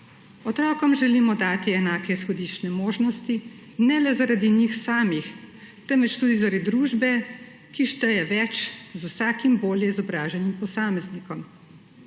Otrokom želimo dati enake izhodiščne možnosti, ne le zaradi njih samih, temveč tudi zaradi družbe, ki šteje več z vsakim bolje izobraženim posameznikom.